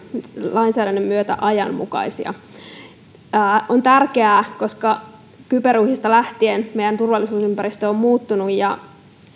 lainsäädännön myötä ajanmukaisia se on tärkeää koska kyberuhista lähtien meidän turvallisuusympäristömme on muuttunut ja